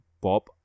bob